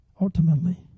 ultimately